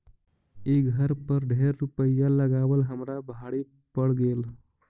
ई घर पर ढेर रूपईया लगाबल हमरा भारी पड़ गेल